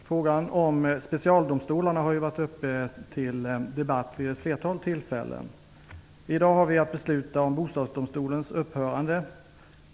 Herr talman! Frågan om specialdomstolarna har varit uppe till debatt vid ett flertal tillfällen. I dag har vi att besluta om Bostadsdomstolens upphörande.